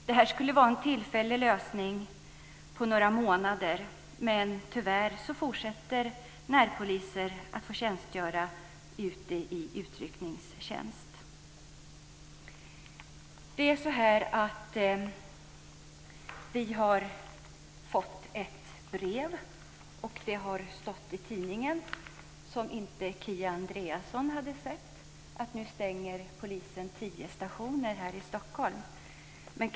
Detta skulle vara en tillfällig lösning på några månader, men tyvärr fortsätter närpoliser att tjänstgöra i utryckningstjänst. Vi har fått ett brev. Det har stått i tidningen att polisen stänger tio stationer här i Stockholm, vilket Kia Andreasson inte har sett.